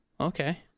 okay